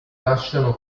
lasciano